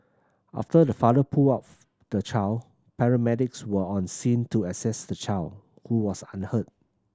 after the father pulled outs the child paramedics were on scene to assess the child who was unhurt